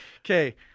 Okay